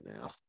now